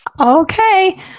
Okay